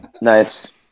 Nice